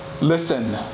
Listen